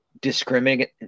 discriminate